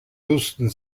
houston